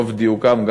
ברוב דיוקם,